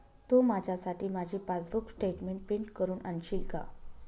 तू माझ्यासाठी माझी passbook statement print करून आणशील का?